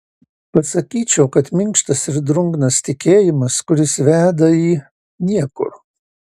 pasakyčiau kad minkštas ir drungnas tikėjimas kuris veda į niekur